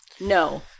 no